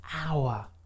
hour